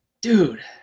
dude